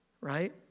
right